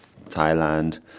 Thailand